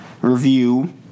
review